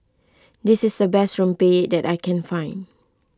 this is the best Rempeyek that I can find